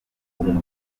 mudamu